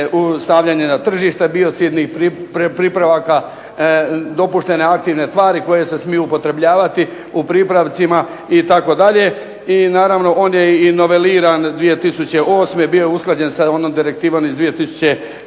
stavljanje na tržište biocidnih pripravaka, dopuštene aktivne tvari koje se smiju upotrebljavati u pripravcima itd. I naravno on je i noveliran 2008., bio je usklađen sa onom direktivom iz '98.